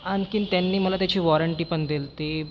आणखी त्यांनी मला त्याची वॉरंटीपण दिली होती